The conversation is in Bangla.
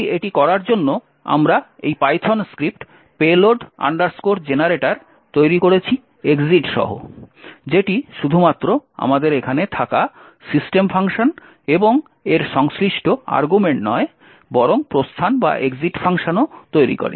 তাই এটি করার জন্য আমরা এই Python স্ক্রিপ্ট payload generator তৈরি করেছি exit সহ যেটি শুধুমাত্র আমাদের এখানে থাকা সিস্টেম ফাংশন এবং এর সংশ্লিষ্ট আর্গুমেন্ট নয় বরং প্রস্থান ফাংশনও তৈরি করে